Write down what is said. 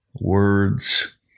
words